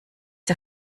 der